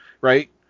right